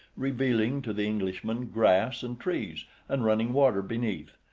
revealing to the englishman grass and trees and running water beneath.